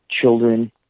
children